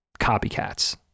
copycats